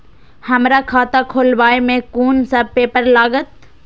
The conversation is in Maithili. हमरा खाता खोलाबई में कुन सब पेपर लागत?